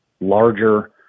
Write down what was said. larger